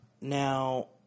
Now